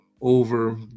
over